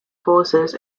forces